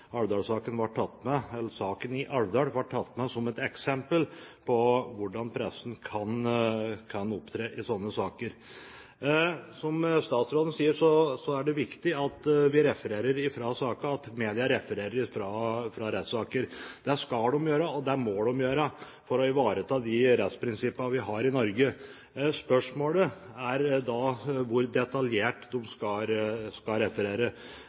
Alvdal ble tatt med som et eksempel på hvordan pressen kan opptre i sånne saker. Som statsråden sier, er det viktig at media refererer fra rettssaker. Det skal og må de gjøre for å ivareta de rettsprinsippene vi har i Norge. Spørsmålet er da hvor detaljert de skal referere.